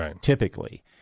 typically